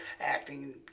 acting